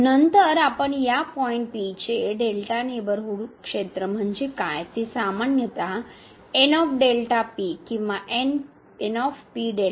नंतर आपण या पॉईंट P चे डेल्टा नेबरहूड क्षेत्र म्हणजे काय ते सामान्यत किंवा